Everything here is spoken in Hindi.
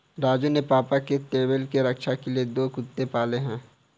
राजू के पापा ने तबेले के रक्षा के लिए दो कुत्ते पाले हैं